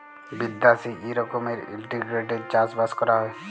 বিদ্যাশে ই রকমের ইলটিগ্রেটেড চাষ বাস ক্যরা হ্যয়